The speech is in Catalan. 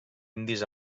indis